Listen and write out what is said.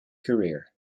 career